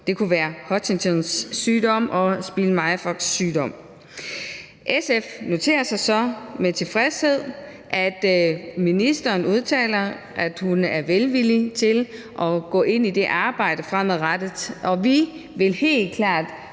det kunne være Huntingtons sygdom og Spielmeyer-Vogts sygdom. SF noterer sig så med tilfredshed, at ministeren udtaler, at hun er velvillig med hensyn til at gå ind i det arbejde fremadrettet. Og vi vil helt klart